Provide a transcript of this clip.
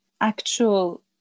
actual